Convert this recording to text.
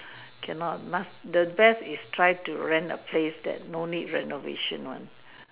can not must the best is try to rent a place that no need renovation one